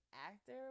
actor